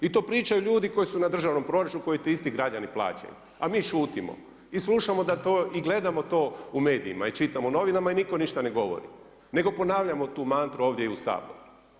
I to pričaju ljudi koji su na državnom proračunu koji ti isti građani plaćaju, a mi šutimo i slušamo i gledamo to u medijima i čitamo u novinama i niko ništa ne govori nego ponavljamo tu mantru ovdje u Saboru.